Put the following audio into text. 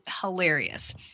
hilarious